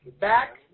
back